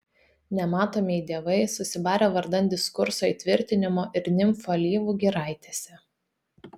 nematomieji dievai susibarę vardan diskurso įtvirtinimo ir nimfų alyvų giraitėse